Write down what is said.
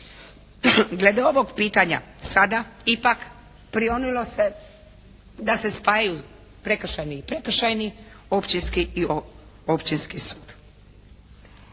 Glede ovog pitanja sada ipak prionulo se da se spajaju prekršajni i prekršajni, općinski i općinski sud.